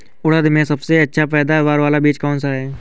उड़द में सबसे अच्छा पैदावार वाला बीज कौन सा है?